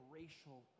racial